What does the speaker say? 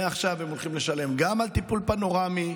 מעכשיו הם הולכים לשלם על צילום פנורמי,